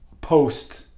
post